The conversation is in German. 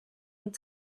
und